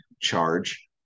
charge